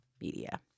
Media